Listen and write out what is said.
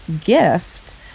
gift